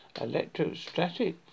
electrostatic